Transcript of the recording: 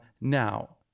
Now